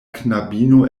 knabino